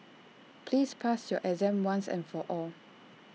please pass your exam once and for all